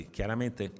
Chiaramente